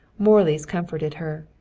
morley's comforted her.